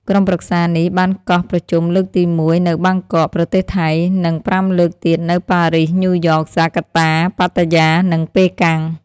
ក្រុមប្រឹក្សានេះបានកោះប្រជុំលើកទីមួយ នៅបាងកក ប្រទេសថៃ និង ៥លើកទៀតនៅ ប៉ារីស ញ៉ូយ៉ក ហ្សាកាតា ប៉ាតាយា និងប៉េកាំង។